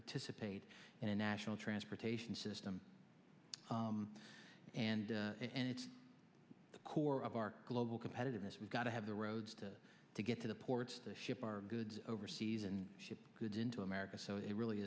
participate in a national transportation system and it's the core of our global competitiveness we've got to have the roads to to get to the ports to ship our goods overseas and ship goods into america so it really